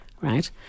right